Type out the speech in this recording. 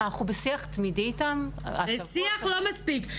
אנחנו בשיח תמידי איתם --- שיח לא מספיק.